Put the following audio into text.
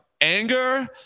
anger